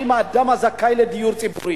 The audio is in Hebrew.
האם האדם הזכאי לדיור ציבורי,